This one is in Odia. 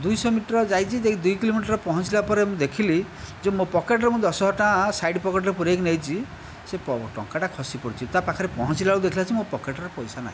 ଦୁଇଶହ ମିଟର ଆଉ ଯାଇଛି ଯାଇକି ଦୁଇ କିଲୋମିଟର ପହଞ୍ଚିଲା ପରେ ମୁଁ ଦେଖିଲି ଯେ ମୋ' ପକେଟରେ ମୁଁ ଦଶହଜାର ଟଙ୍କା ସାଇଡ୍ ପକେଟରେ ପୂରାଇକି ନେଇଛି ସେ ଟଙ୍କାଟା ଖସି ପଡ଼ିଛି ତା' ପାଖରେ ପହଞ୍ଚିଲାବେଳକୁ ଦେଖିଲା ଆସିକି ମୋ' ପକେଟରେ ପଇସା ନାହିଁ